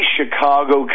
Chicago